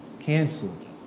Canceled